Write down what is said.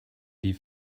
die